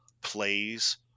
plays